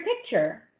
picture